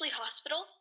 Hospital